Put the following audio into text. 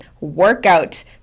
workout